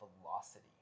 velocity